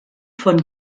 von